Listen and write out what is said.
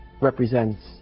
represents